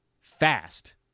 fast